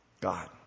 God